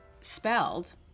spelled